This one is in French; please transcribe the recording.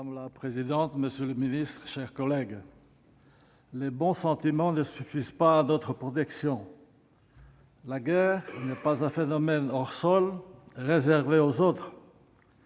Madame la présidente, monsieur le secrétaire d'État, mes chers collègues, « les bons sentiments ne suffisent pas à notre protection. La guerre n'est pas un phénomène " hors-sol ", réservé aux autres